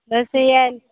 बसीय